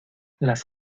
las